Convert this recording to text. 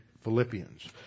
Philippians